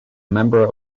member